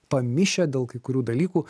pamišę dėl kai kurių dalykų